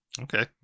Okay